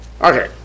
Okay